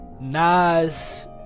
Nas